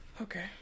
Okay